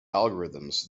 algorithms